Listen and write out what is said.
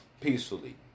peacefully